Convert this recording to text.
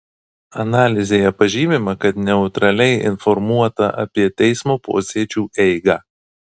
analizėje pažymima kad neutraliai informuota apie teismo posėdžių eigą